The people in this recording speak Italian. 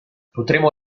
potremo